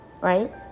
right